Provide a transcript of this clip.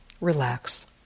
relax